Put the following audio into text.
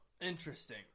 Interesting